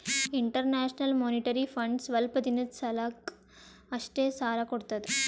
international monetary fund ಸ್ವಲ್ಪ್ ದಿನದ್ ಸಲಾಕ್ ಅಷ್ಟೇ ಸಾಲಾ ಕೊಡ್ತದ್